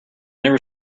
never